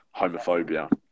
homophobia